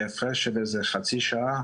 בהפרש של איזה חצי שעה,